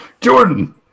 Jordan